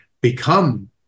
become